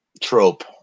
trope